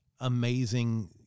amazing